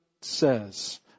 says